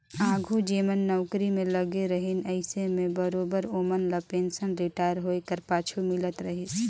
आघु जेमन नउकरी में लगे रहिन अइसे में बरोबेर ओमन ल पेंसन रिटायर होए कर पाछू मिलत रहिस